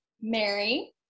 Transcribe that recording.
Mary